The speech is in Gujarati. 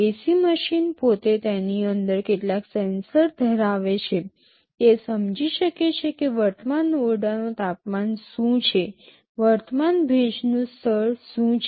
એસી મશીન પોતે તેની અંદર કેટલાક સેન્સર ધરાવે છે તે સમજી શકે છે કે વર્તમાન ઓરડાનું તાપમાન શું છે વર્તમાન ભેજનું સ્તર શું છે